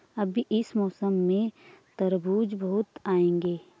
अभी इस मौसम में तरबूज बहुत आएंगे